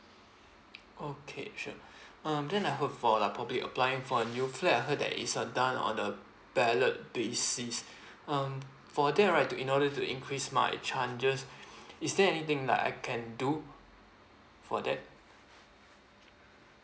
okay sure um then I hope for lah probably applying for a new flat I heard that it's a done on uh ballot basis um for that right in order to increase my chances is there anything like I can do for that